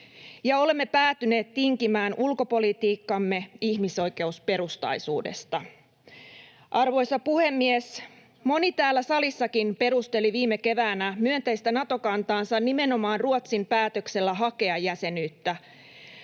ja olemme päätyneet tinkimään ulkopolitiikkamme ihmisoikeusperustaisuudesta. Arvoisa puhemies! Moni täällä salissakin perusteli viime keväänä myönteistä Nato-kantaansa nimenomaan Ruotsin päätöksellä hakea jäsenyyttä.